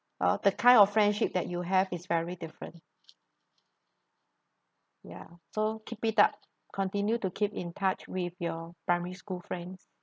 well the kind of friendship that you have is very different ya so keep it up continue to keep in touch with your primary school friends